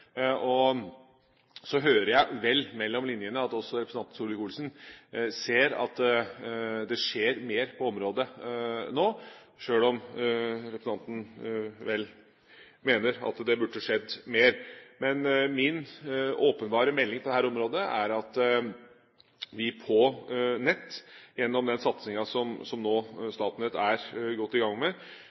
energieffektivitet. Så hører jeg mellom linjene at også representanten Solvik-Olsen ser at det skjer mer på området nå, sjøl om representanten vel mener at det burde skjedd mer. Men min åpenbare melding på dette området er at vi på nett, gjennom den satsinga som Statnett nå er godt i gang med,